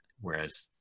whereas